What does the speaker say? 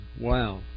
wow